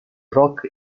rock